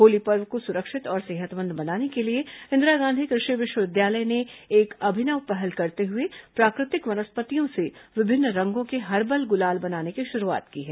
होली पर्व को सुरक्षित और सेहतमंद बनाने के लिए इंदिरा गांधी कृषि विश्वविद्यालय ने एक अभिनव पहल करते हुए प्राकृतिक वनस्पतियों से विभिन्न रंगों के हर्बल गुलाल बनाने की शुरूआत की है